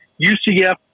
UCF